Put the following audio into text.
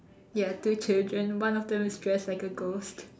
ya two children one of them is dressed like a ghost